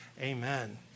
Amen